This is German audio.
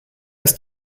ist